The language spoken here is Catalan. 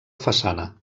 façana